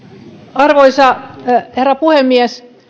arvoisa herra puhemies